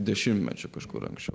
dešimtmečio kažkur anksčiau